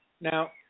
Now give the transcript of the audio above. Now